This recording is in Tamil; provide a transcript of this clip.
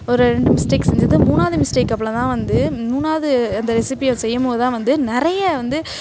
ஒரு ரெண்டு மிஸ்டேக் செஞ்சிது மூணாவது மிஸ்டேக் அப்போல தான் வந்து மூணாவது அந்த ரெசிபியை செய்யும் போது தான் வந்து நிறையா வந்து